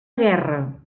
guerra